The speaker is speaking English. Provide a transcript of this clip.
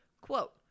quote